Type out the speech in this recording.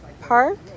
park